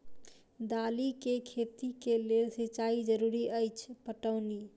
दालि केँ खेती केँ लेल सिंचाई जरूरी अछि पटौनी?